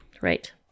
Right